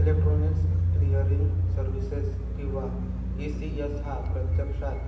electronic clearing services किंवा ECS हा प्रत्यक्षात